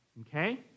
okay